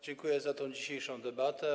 Dziękuję za dzisiejszą debatę.